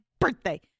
birthday